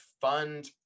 fund